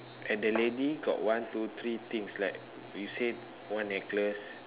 and the lady got one two three things right you say one necklace